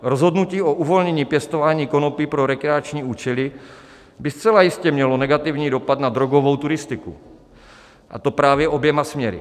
Rozhodnutí o uvolnění pěstování konopí pro rekreační účely by zcela jistě mělo negativní dopad na drogovou turistiku, a to právě oběma směry.